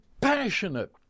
passionate